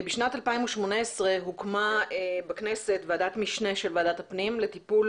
בשנת 2018 הוקמה בכנסת ועדת משנה של ועדת הפנים לטיפול